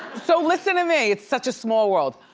so listen to me, it's such a small world.